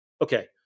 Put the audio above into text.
Okay